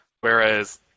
Whereas